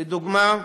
לדוגמה: